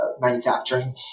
manufacturing